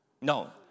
No